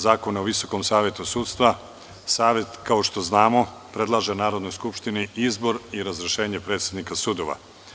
Zakona o Visokom savetu sudstva, Savet, kao što znamo, predlaže Narodnoj skupštini izbor i razrešenje predsednika sudova.